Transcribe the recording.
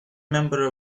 member